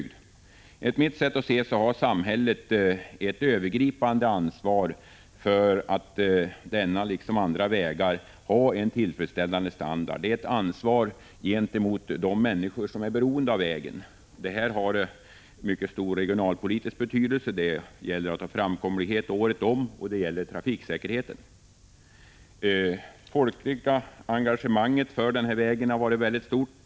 15 maj 1986 Enligt mitt sätt att se har samhället ett övergripande ansvar för att denna väg, liksom andra vägar, har en tillfredsställande standard. Det är ett ansvar gentemot de människor som är beroende av vägen, som har en mycket stor regionalpolitisk betydelse. Det gäller att ha framkomlighet året om, och det gäller trafiksäkerheten. Det folkliga engagemanget för vägen har varit omfattande.